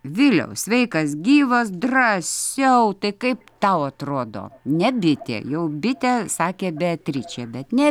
viliau sveikas gyvas drąsiau tai kaip tau atrodo ne bitė jau bitė sakė beatričė bet ne